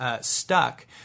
Stuck